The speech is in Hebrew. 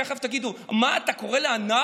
תכף תגידו: מה, אתה קורא לאנרכיה?